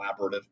collaborative